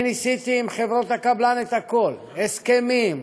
אני ניסיתי עם חברות הקבלן הכול: הסכמים,